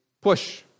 push